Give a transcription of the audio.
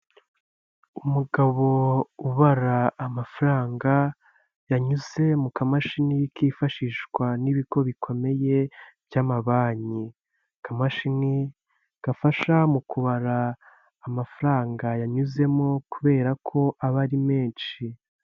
Umugabo ubara amafaranga yanyuze mu kamashini kifashishwa n'ibigo bikomeye by'amabanki, akamashini gafasha mu kubara amafaranga yanyuzemo kubera ko aba ari menshi.